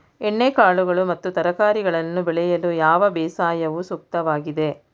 ಎಣ್ಣೆಕಾಳುಗಳು ಮತ್ತು ತರಕಾರಿಗಳನ್ನು ಬೆಳೆಯಲು ಯಾವ ಬೇಸಾಯವು ಸೂಕ್ತವಾಗಿದೆ?